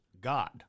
God